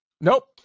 Nope